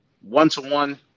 one-to-one